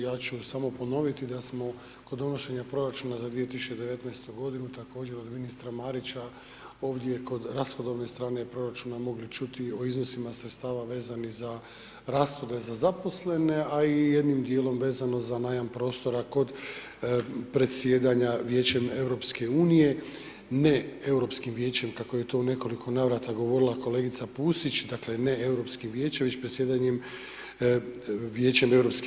Ja ću samo ponoviti da smo kod donošenja proračuna za 2019.-tu godinu također od ministra Marića ovdje kod rashodovne strane proračuna mogli čuti o iznosima sredstava vezani za rashode za zaposlene, a i jednim dijelom vezano za najam prostora kod predsjedanja Vijećem EU, Neeuropskim Vijećem, kako je to u nekoliko navrata govorila kolegica Pusić, dakle, Neeuropskim Vijećem, već predsjedanjem Vijećem EU.